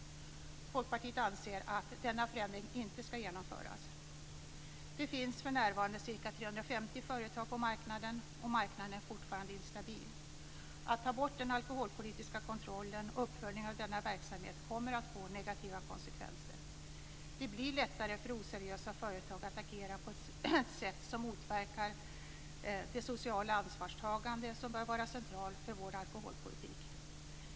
Folkpartiet anser att denna förändring inte ska genomföras. Det finns för närvarande ca 350 företag på marknaden, och marknaden är fortfarande instabil. Att ta bort den alkoholpolitiska kontrollen och uppföljningen av denna verksamhet kommer att få negativa konsekvenser. Det blir lättare för oseriösa företag att agera på ett sätt som motverkar det sociala ansvarstagande som bör vara centralt för vår alkoholpolitik.